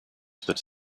through